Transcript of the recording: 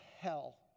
hell